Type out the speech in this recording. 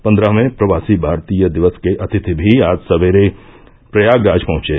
पन्द्रहवें प्रवासी भारतीय दिवस के अंतिथि भी आज सवेरे प्रयागराज पहुंचे